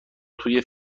توی